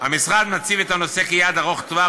המשרד מציב את הנושא כיעד ארוך-טווח,